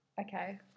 Okay